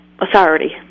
authority